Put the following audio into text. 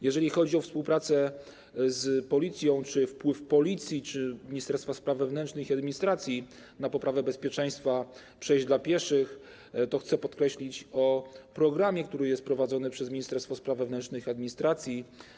Jeżeli chodzi o współpracę z Policją czy o wpływ Policji czy Ministerstwa Spraw Wewnętrznych i Administracji na poprawę bezpieczeństwa przejść dla pieszych, to chcę podkreślić, powiedzieć o programie, który jest prowadzony przez Ministerstwo Spraw Wewnętrznych i Administracji.